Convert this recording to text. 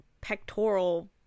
pectoral